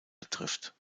betrifft